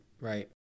Right